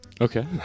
Okay